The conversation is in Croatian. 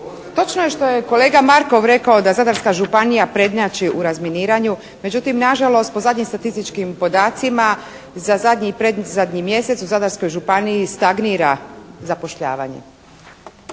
Točno je što je kolega Markov rekao, da Zadarska županija prednjači u razminiranju. Međutim, nažalost po zadnjim statističkim podacima za zadnji i predzadnji mjesec u Zadarskoj županiji stagnira zapošljavanje.